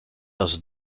aus